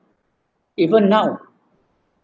even now